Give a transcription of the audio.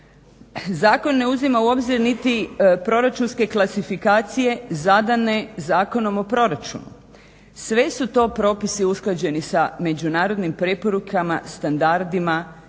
Zakon ne uzima u obzir niti proračunske klasifikacije zadane zakonom o proračunu. Sve su to propisi usklađeni sa međunarodnim preporukama, standardima